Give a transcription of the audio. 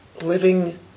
living